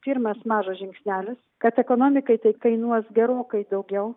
pirmas mažas žingsnelis kad ekonomikai tai kainuos gerokai daugiau